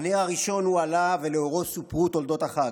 הנר הראשון הועלה, ולאורו סופרו תולדות החג,